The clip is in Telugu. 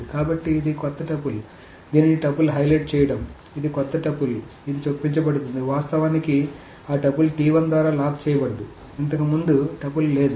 కాబట్టి ఇది కొత్త టపుల్ దీనిని టపుల్ హైలైట్ చేయడం ఇది కొత్త టపుల్ ఇది చొప్పించబడుతోంది వాస్తవానికి ఆ టపుల్ ద్వారా లాక్ చేయబడదు ఇంతకు ముందు టపుల్ లేదు